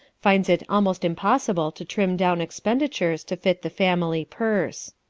finds it almost impossible to trim down expenditures to fit the family purse.